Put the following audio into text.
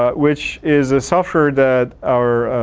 ah which is a software that our